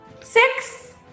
Six